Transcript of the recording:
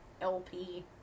LP